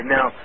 Now